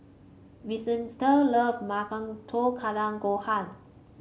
Vicente love Tamago Kake Gohan